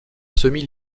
semi